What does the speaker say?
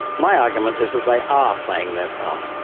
my argument is that they are playing their part.